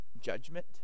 judgment